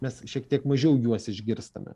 mes šiek tiek mažiau juos išgirstame